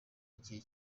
igihe